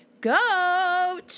goat